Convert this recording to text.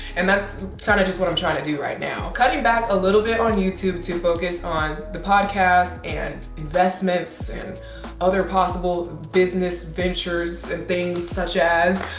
and that's kind of just what i'm trying to do right now, cutting back a little bit on youtube to focus on the podcasts and investments and other possible business ventures and things such as,